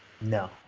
No